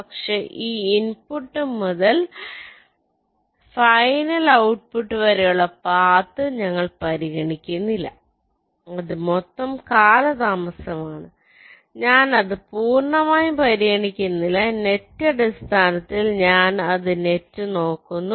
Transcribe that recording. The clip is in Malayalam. പക്ഷേ എന്റെ ഇൻപുട്ട് മുതൽ ഫൈനൽ ഔട്ട്പുട്ട് വരെയുള്ള പാത്ത് ഞങ്ങൾ പരിഗണിക്കുന്നില്ല അത് മൊത്തം കാലതാമസമാണ് ഞാൻ അത് പൂർണ്ണമായും പരിഗണിക്കുന്നില്ല നെറ്റ് അടിസ്ഥാനത്തിൽ ഞാൻ അത് നെറ്റ് നോക്കുന്നു